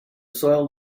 soiled